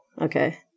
Okay